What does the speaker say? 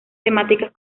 temáticas